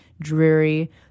dreary